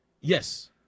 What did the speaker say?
Yes